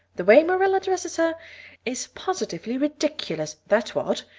the way marilla dresses her is positively ridiculous, that's what,